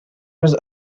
was